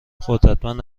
قدرتمند